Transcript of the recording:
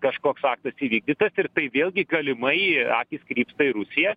kažkoks aktas įvykdytas ir tai vėlgi galimai akys krypsta į rusiją